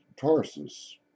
Tarsus